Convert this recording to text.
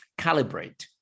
calibrate